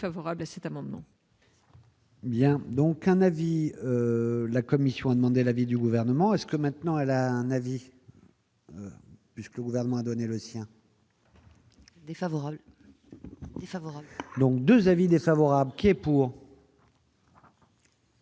à cet amendement. Bien, donc un avis, la commission a demandé l'avis du gouvernement est-ce que maintenant elle a un avis puisque le gouvernement a donné le sien. Défavorable, défavorable, donc 2 avis défavorables qui est pour.